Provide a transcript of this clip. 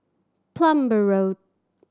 Plumer Road